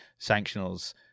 sanctionals